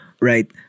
right